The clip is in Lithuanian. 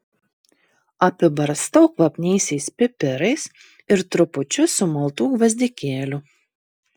apibarstau kvapniaisiais pipirais ir trupučiu sumaltų gvazdikėlių